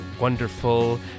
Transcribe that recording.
wonderful